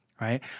right